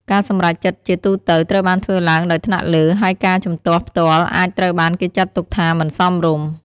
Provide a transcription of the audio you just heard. ការសម្រេចចិត្តជាទូទៅត្រូវបានធ្វើឡើងដោយថ្នាក់លើ ហើយការជំទាស់ផ្ទាល់អាចត្រូវបានគេចាត់ទុកថាមិនសមរម្យ។